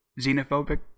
xenophobic